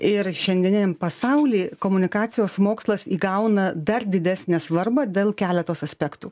ir šiandieniniam pasauly komunikacijos mokslas įgauna dar didesnę svarbą dėl keletos aspektų